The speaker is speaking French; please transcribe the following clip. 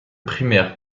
primaire